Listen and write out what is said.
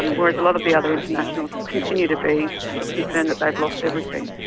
and whereas a lot of the other internationals continue to be concerned that they've lost everything.